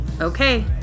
Okay